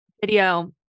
video